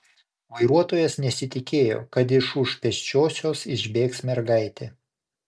vairuotojas nesitikėjo kad iš už pėsčiosios išbėgs mergaitė